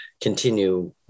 continue